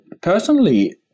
personally